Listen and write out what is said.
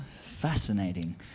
fascinating